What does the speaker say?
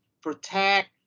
protect